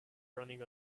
running